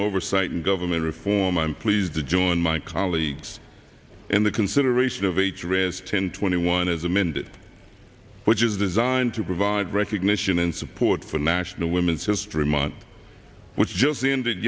oversight and government reform i'm pleased to join my colleagues in the consideration of h r s ten twenty one as amended which is designed to provide recognition and support for national women's history month which just ended